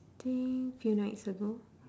think few nights ago